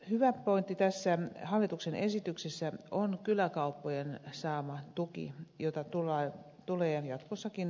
hyvä pointti tässä hallituksen esityksessä on kyläkauppojen saama tuki jota tulee jatkossakin